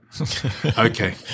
okay